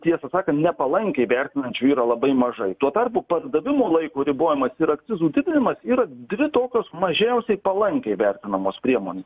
tiesą sakant nepalankiai vertinančių yra labai mažai tuo tarpu pardavimų laiko ribojimas ir akcizų didinimas yra dvi tokios mažiausiai palankiai vertinamos priemonė